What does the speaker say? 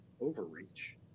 overreach